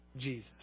Jesus